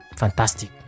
fantastic